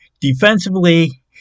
defensively